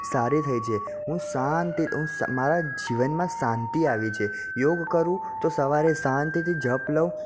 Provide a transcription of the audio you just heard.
સારી થઈ છે હું મારા જીવનમાં શાંતિ આવી છે યોગ કરું તો સવારે શાંતિથી જપ લઉં